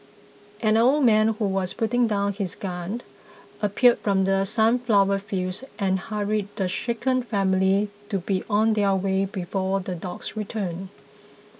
an old man who was putting down his gun appeared from the sunflower fields and hurried the shaken family to be on their way before the dogs return